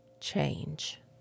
change